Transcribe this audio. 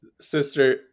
sister